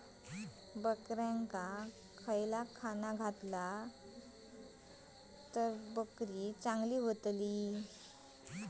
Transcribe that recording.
बकऱ्यांका खयला खाणा घातला तर चांगल्यो व्हतील?